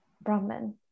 Brahman